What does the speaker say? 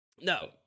No